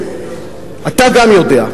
אתה גם יודע,